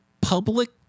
public